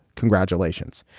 congratulations.